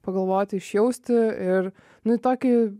pagalvoti išjausti ir nu į tokį